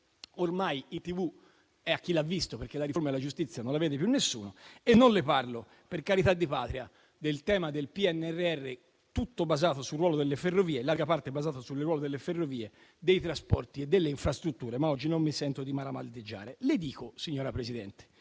ormai in tv è a "Chi l'ha visto", perché la riforma della giustizia non la vede più nessuno. Non le parlo, per carità di patria, nemmeno del tema del PNNR, in larga parte basato sul ruolo delle ferrovie, dei trasporti e delle infrastrutture, ma oggi non mi sento di maramaldeggiare. Le chiedo, signora Presidente,